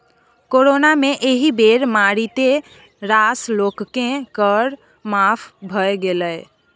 corona मे एहि बेर मारिते रास लोककेँ कर माफ भए गेलै